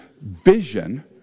vision